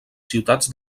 ciutats